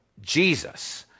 Jesus